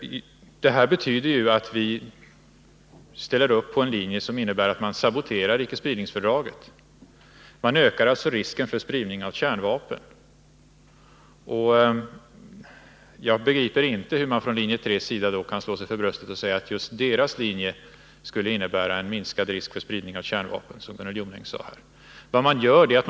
Detta betyder att man ställer upp för en linje som innebär att man saboterar icke-spridningsfördraget. Man ökar alltså risken för spridning av kärnvapen. Jag begriper inte hur sådana som stöder linje 3 kan slå sig för bröstet och säga att just deras linje innebär en minskning av risken för spridning av kärnvapen, som Gunnel Jonäng sade.